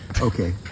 Okay